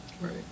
Right